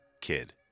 Kid